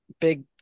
big